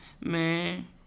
man